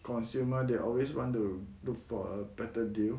consumer they always want to look for a better deal